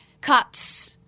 cuts